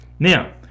now